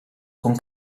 con